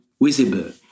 visible